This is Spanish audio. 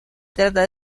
trata